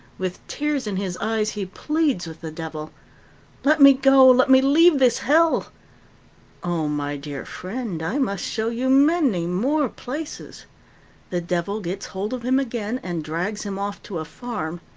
with tears in his eyes, he pleads with the devil let me go! let me leave this hell oh, my dear friend, i must show you many more places the devil gets hold of him again and drags him off to a farm.